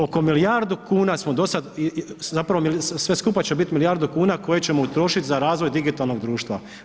Oko milijardu kuna smo do sad, zapravo sve skupa će biti milijardu kuna koje ćemo utrošiti za razvoj digitalnog društva.